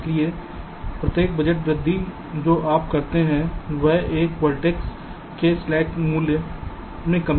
इसलिए प्रत्येक बजट वृद्धि जो आप करते हैं वह एक वर्टेक्स के स्लैक मूल्य में कमी होगी